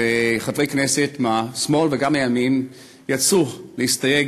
וחברי כנסת מהשמאל וגם מהימין יצאו להסתייג